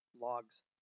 logs